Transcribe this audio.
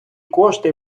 кошти